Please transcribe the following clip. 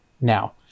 now